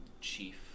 chief